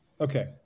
Okay